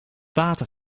water